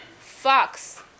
Fox